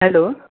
hello